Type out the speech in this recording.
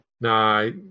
no